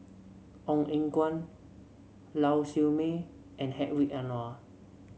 Ong Eng Guan Lau Siew Mei and Hedwig Anuar